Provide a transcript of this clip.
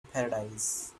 paradise